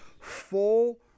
full